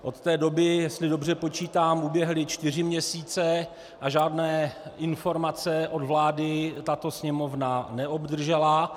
Od té doby, jestli dobře počítám, uběhly čtyři měsíce a žádné informace od vlády tato Sněmovna neobdržela.